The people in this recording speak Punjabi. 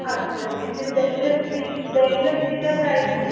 ਅੱਛਾ ਜੀ ਅਤੇ ਦਹੀਂ ਲੱਸੀ ਦਹੀਂ ਲੱਸੀ ਦਾ ਪ੍ਰਾਈਜ਼